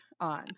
on